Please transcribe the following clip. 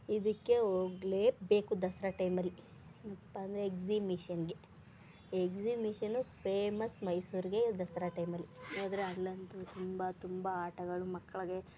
ಇದಕ್ಕೆ ಹೋಗ್ಲೇಬೇಕು ದಸರಾ ಟೈಮಲ್ಲಿ ಏನಪ್ಪ ಅಂದರೆ ಎಗ್ಝಿಬಿಷನ್ಗೆ ಎಗ್ಝಿಮಿಷನು ಪೇಮಸ್ ಮೈಸೂರಿಗೆ ದಸರಾ ಟೈಮಲ್ಲಿ ಹೋದ್ರೆ ಅಲ್ಲಂತು ತುಂಬ ತುಂಬ ಆಟಗಳು ಮಕ್ಳಿಗೆ